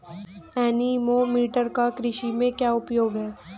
Anemometer का कृषि में क्या उपयोग है?